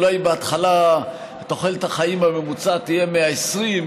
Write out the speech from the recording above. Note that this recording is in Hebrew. אולי בהתחלה תוחלת החיים הממוצעת תהיה 120 שנה,